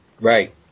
Right